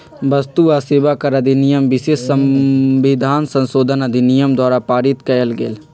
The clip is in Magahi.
वस्तु आ सेवा कर अधिनियम विशेष संविधान संशोधन अधिनियम द्वारा पारित कएल गेल